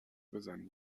بزنی